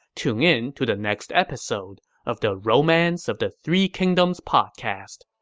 tune in to the next episode of the romance of the three kingdoms podcast.